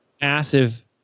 massive